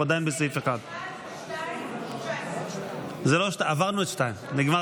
אנחנו עדיין בסעיף 1. עברנו את 2. נגמר